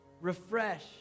refresh